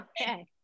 okay